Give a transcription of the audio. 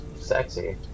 sexy